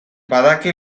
badaki